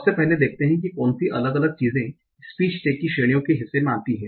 सबसे पहले देखते हैं कि कौन सी अलग अलग चीजें स्पीच टैग की श्रेणियों के हिस्से में आती हैं